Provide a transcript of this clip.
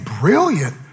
brilliant